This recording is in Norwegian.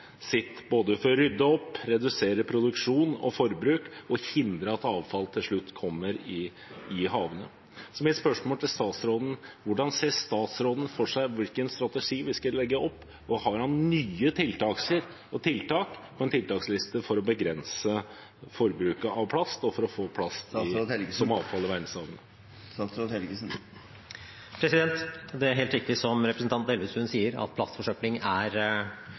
sitt for å rydde opp, redusere produksjon og forbruk og hindre at avfall til slutt kommer i havene. Så mitt spørsmål til statsråden er: Hvordan ser statsråden for seg hvilken strategi vi skal legge opp, og har han nye tiltak på en tiltaksliste for å begrense forbruket av plast og for å unngå å få plast som avfall i verdenshavene? Det er helt riktig som representanten Elvestuen sier, at plastforsøpling er